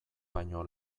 baino